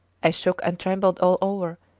i shook and trembled all over,